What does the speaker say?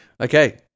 Okay